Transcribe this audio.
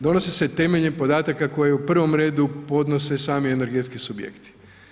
Donose se temeljem podataka koje u prvom redu podnose sami energetski subjekti.